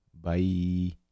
Bye